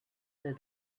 said